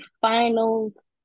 finals